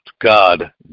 God